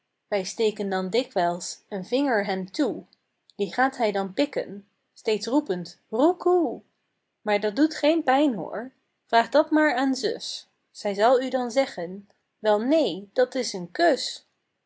wij steken dan dikwijls een vinger hem toe die gaat hij dan pikken steeds roepend roekoe maar dat doet geen pijn hoor vraag dat maar aan zus zij zal u dan zeggen wel neen dat s een kus